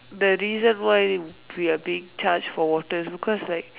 the dessert boy will be a big charge for water because like